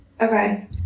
Okay